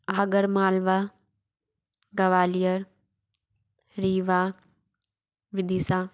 हगरमालवा Gwalior Rewa Vidisha